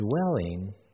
dwelling